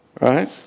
Right